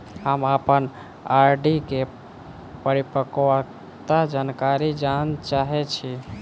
हम अप्पन आर.डी केँ परिपक्वता जानकारी जानऽ चाहै छी